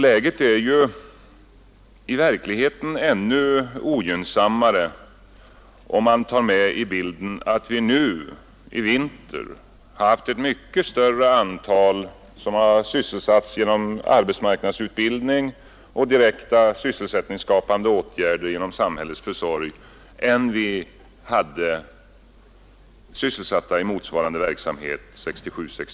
Läget är i verkligheten ännu ogynnsammare, om man tar med i bilden att vi nu i vinter haft ett mycket större antal sysselsatta genom arbetsmarknadsutbildning och direkta sysselsättningsskapande åtgärder genom samhällets försorg än vi hade 1967/68.